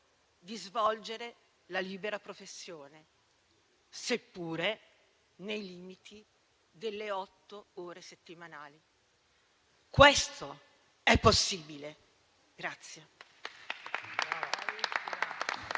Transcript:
di svolgere la libera professione, seppure nei limiti delle otto ore settimanali. Questo è possibile.